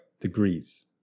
degrees